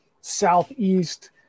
Southeast